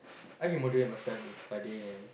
I can motivate myself in studying